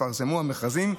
יתפרסמו המכרזים,